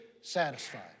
satisfied